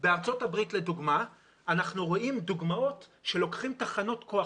בארצות הברית לדוגמה אנחנו רואים דוגמאות שלוקחים תחנות כוח,